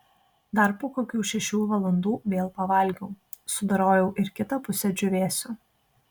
dar po kokių šešių valandų vėl pavalgiau sudorojau ir kitą pusę džiūvėsio